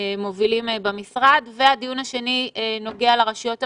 מובילים במשרד והדיון השני נוגע לרשויות המקומיות,